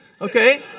Okay